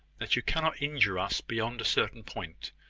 that you cannot injure us beyond a certain point.